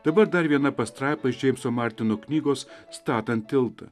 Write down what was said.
dabar dar viena pastraipa iš džeimso martino knygos statant tiltą